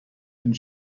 and